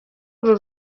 uru